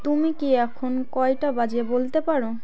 তুমি কি এখন কয়টা বাজে বলতে পারো